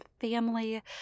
family